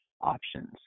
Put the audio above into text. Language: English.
options